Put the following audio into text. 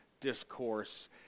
Discourse